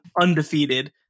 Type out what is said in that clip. undefeated